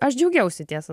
aš džiaugiausi tiesą